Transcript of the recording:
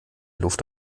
luft